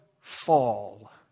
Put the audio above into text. fall